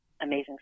amazing